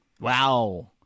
Wow